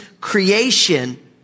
creation